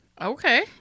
Okay